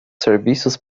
serviços